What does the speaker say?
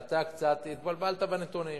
אתה קצת התבלבלת בנתונים.